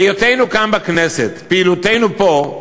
היותנו כאן בכנסת, פעילותנו פה,